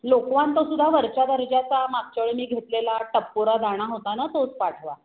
लोकवान तो सुद्धा वरच्या दर्जाचा मागच्यावेळी मी घेतलेला टपोरा दाणा होता ना तोच पाठवा